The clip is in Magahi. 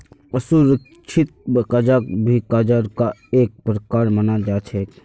असुरिक्षित कर्जाक भी कर्जार का एक प्रकार मनाल जा छे